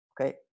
Okay